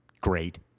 great